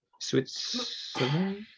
Switzerland